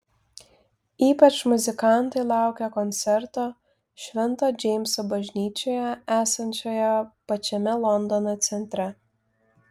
ypač muzikantai laukia koncerto švento džeimso bažnyčioje esančioje pačiame londono centre